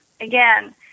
Again